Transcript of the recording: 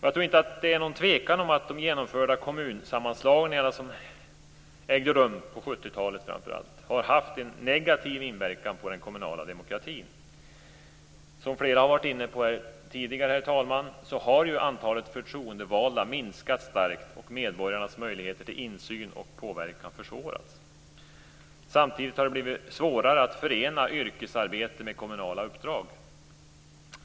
Jag tror inte att det är någon tvekan om att de kommunsammanslagningar som ägde rum framför allt på 1970-talet har haft en negativ inverkan på den kommunala demokratin. Som flera har varit inne på tidigare, herr talman, har antalet förtroendevalda minskat starkt och medborgarnas möjlighet till insyn och påverkan försvårats. Samtidigt har det blivit svårare att förena yrkesarbete med kommunala uppdrag.